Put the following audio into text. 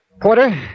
Porter